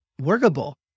workable